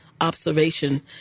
observation